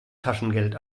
taschengeld